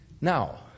Now